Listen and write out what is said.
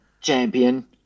champion